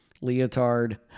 Leotard